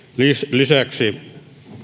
lisäksi